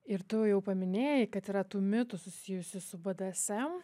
ir tu jau paminėjai kad yra tų mitų susijusių su bdsm